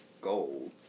gold